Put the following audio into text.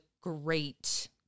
great